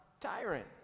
tyrant